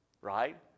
right